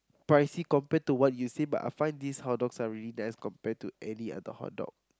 pricey compared to what you say but I find these hot dogs are really nice compared to any other hot dog